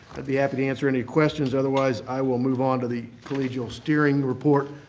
i'd be happy to answer any questions. otherwise, i will move on to the collegial steering report.